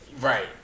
right